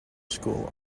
school